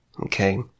Okay